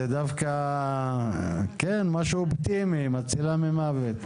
זה דווקא כן משהו אופטימי, מצילה ממות.